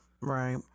right